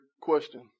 question